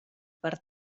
per